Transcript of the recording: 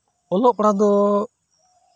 ᱚᱞᱚᱜ ᱯᱟᱲᱦᱟᱜ ᱫᱚ